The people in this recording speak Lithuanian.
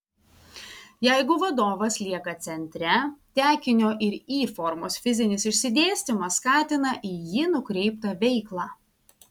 jeigu vadovas lieka centre tekinio ir y formos fizinis išsidėstymas skatina į jį nukreiptą veiklą